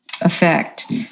effect